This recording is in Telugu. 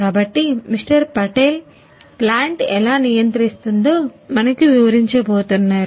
కాబట్టి మిస్టర్ పటేల్ ప్లాంట్ ఎలా నియంత్రిస్తుందో మనకు వివరించ బోతున్నారు